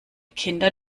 kinder